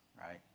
right